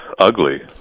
ugly